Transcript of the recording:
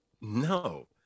No